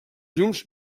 llums